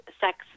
sex